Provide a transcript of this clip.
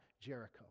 Jericho